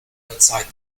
outside